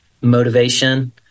motivation